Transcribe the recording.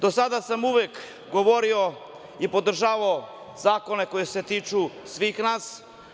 Do sada sam uvek govorio i podržavao zakone koji se tiču svih nas.